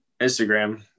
Instagram